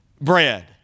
bread